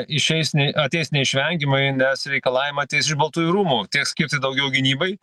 išeis ateis neišvengiamai nes reikalavimai ateis iš baltųjų rūmų tiek skirti daugiau gynybai